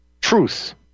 truth